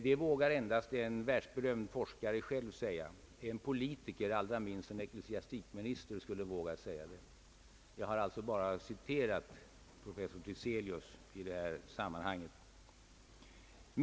Detta vågar endast en världsberömd forskare säga, inte en politiker. Allra minst skulle en ecklesiastikminister våga yttra det. Jag har givetvis bara citerat professor Tiselius i detta sammanhang.